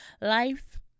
life